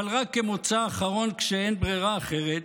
אבל רק כמוצא אחרון, כשאין ברירה אחרת,